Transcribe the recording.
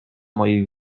mojej